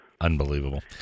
Unbelievable